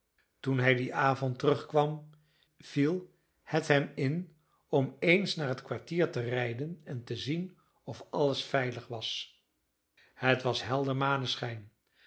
toen hij dien avond terugkwam viel het hem in om eens naar het kwartier te rijden en te zien of alles veilig was het was helder maneschijn